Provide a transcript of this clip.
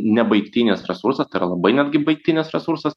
nebaigtinis resursas labai netgi baigtinis resursas